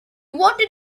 wanted